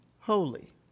holy